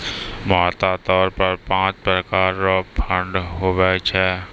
मोटा तौर पर पाँच प्रकार रो फंड हुवै छै